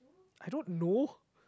I don't know